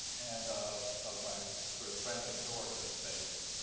and of, of my sort of friend and coworker's face,